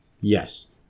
Yes